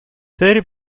thirty